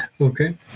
Okay